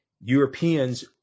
Europeans